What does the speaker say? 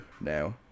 now